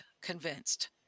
convinced